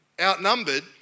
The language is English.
outnumbered